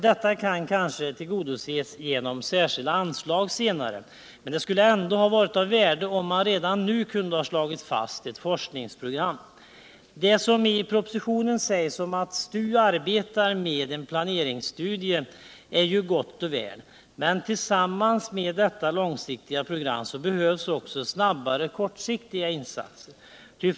Detta kan kanske tillgodoses genom särskilda anslag senare, men det skulle ändå ha varit av värde om man redan nu kunde ha slagit fast ett forskningsprogram. Det som i propositionen sägs om att STU arbetar med en planeringsstudie är gott och väl, men tillsammans med detta långsiktiga program behövs också snabbare kortsiktiga insatser.